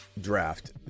draft